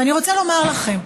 ואני רוצה לומר לכם,